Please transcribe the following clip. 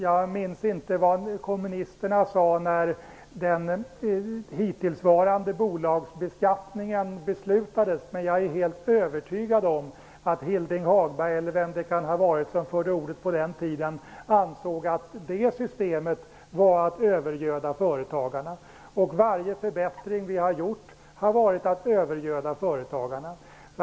Jag minns inte vad kommunisterna sade när beslut fattades om den hittillsvarande bolagsbeskattningen, men jag är helt övertygad om att Hilding Hagberg eller vem det kan ha varit som förde ordet på den tiden ansåg att det systemet innebar en övergödning av företagarna. Varje förbättring som vi har genomfört har sedan också setts som en övergödning av företagarna.